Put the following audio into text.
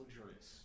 luxurious